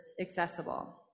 accessible